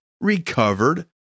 recovered